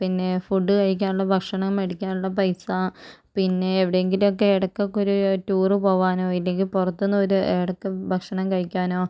പിന്നെ ഫുഡ് കഴിക്കാനുള്ള ഭക്ഷണം മേടിക്കാനുള്ള പൈസാ പിന്നെ എവിടെയെങ്കിലുമൊക്കെ എടയ്ക്കൊക്കെയൊരു ടൂറ് പോകാനോ ഇല്ലെങ്കിൽ പുറത്തു നിന്ന് ഒര് എടയ്ക്ക് ഭക്ഷണം കഴിക്കാനോ